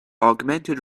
augmented